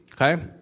Okay